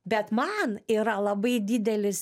bet man yra labai didelis